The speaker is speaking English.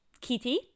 Kitty